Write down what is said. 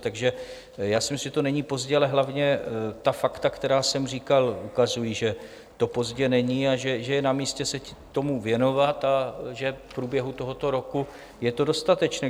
Takže já si myslím, že to není pozdě, ale hlavně ta fakta, která jsem říkal, ukazují, že to pozdě není, že je namístě se tomu věnovat a že v průběhu tohoto roku je to dostatečné.